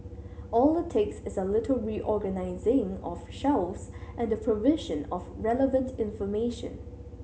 all it takes is a little reorganising of shelves and the provision of relevant information